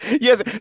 Yes